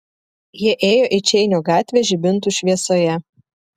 jie ėjo į čeinio gatvę žibintų šviesoje